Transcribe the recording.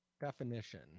Definition